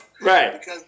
Right